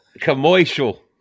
Commercial